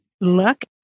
look